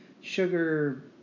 sugar